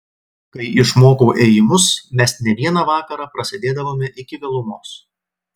kai išmokau ėjimus mes ne vieną vakarą prasėdėdavome iki vėlumos